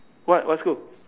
what what school